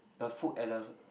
the food at the